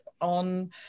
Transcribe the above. on